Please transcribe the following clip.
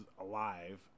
alive